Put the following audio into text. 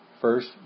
First